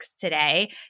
today